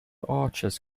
arches